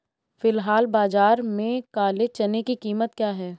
फ़िलहाल बाज़ार में काले चने की कीमत क्या है?